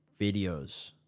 videos